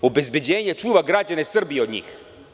Obezbeđenje čuva građane Srbije od njih.